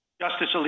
Justice